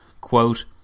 quote